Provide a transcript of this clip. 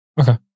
Okay